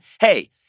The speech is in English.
Hey